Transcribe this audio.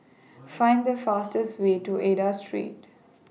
Find The fastest Way to Aida Street